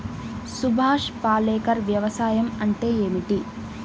సుభాష్ పాలేకర్ వ్యవసాయం అంటే ఏమిటీ?